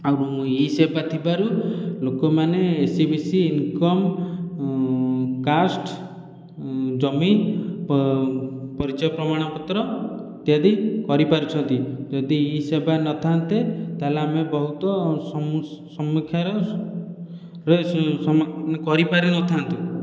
ଆଉ ଇ ସେବା ଥିବାରୁ ଲୋକମାନେ ଏସି ବିସି ଇନ୍କମ୍ କାସ୍ଟ ଜମି ପରିଚୟ ପ୍ରମାଣପତ୍ର ଇତ୍ୟାଦି କରିପାରୁଛନ୍ତି ଯଦି ଇ ସେବା ନଥାନ୍ତେ ତାହେଲେ ଆମେ ବହୁତ ସମାକ୍ଷାର ମାନେ କରିପାରୁ ନଥାନ୍ତୁ